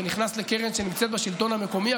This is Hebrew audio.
זה נכנס לקרן שנמצאת בשלטון המקומי,